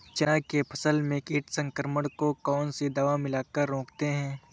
चना के फसल में कीट संक्रमण को कौन सी दवा मिला कर रोकते हैं?